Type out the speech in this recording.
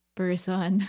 person